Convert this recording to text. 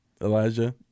Elijah